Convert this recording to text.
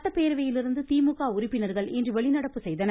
சட்டப்பேரவையிலிருந்து திமுக உறுப்பினர்கள் இன்று வெளிநடப்பு செய்தனர்